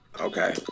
Okay